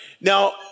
Now